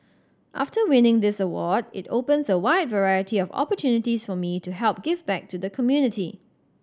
after winning this award it opens a wide variety of opportunities for me to help give back to the community